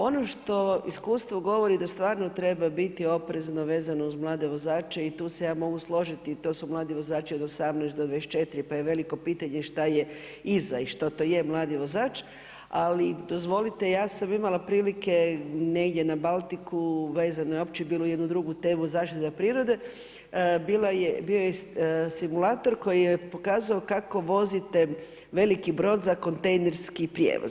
Ono što iskustvo govori da stvarno treba biti oprezno vezano uz mlade vozače i tu se ja mogu složiti i to su mladi vozači od 18 do 24 pa je veliko pitanje šta je iza i što to je mladi vozač, ali dozvolite, ja sam imala prilike negdje na Baltiku, vezano je bilo u jednu drugu temu, zaštita prirode, bio je simulator koji je pokazao kako vozite veliki brod za kontejnerski prijevoz.